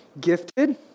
gifted